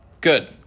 Good